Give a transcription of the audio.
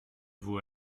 vous